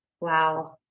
Wow